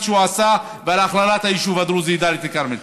שהוא עשה ועל הכללת היישוב הדרוזי דאלית אל-כרמל.